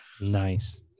Nice